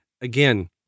again